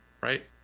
right